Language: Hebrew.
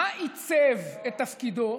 מה עיצב את תפקידו?